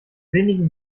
wenigen